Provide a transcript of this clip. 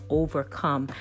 overcome